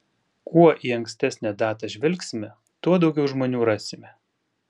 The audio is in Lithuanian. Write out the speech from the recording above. kuo į ankstesnę datą žvelgsime tuo daugiau žmonių rasime